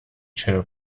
chair